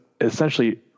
essentially